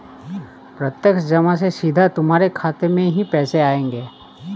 प्रत्यक्ष जमा से सीधा तुम्हारे खाते में ही पैसे आएंगे